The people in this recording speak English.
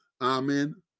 Amen